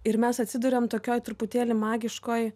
ir mes atsiduriam tokioj truputėlį magiškoj